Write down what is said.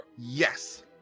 Yes